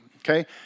Okay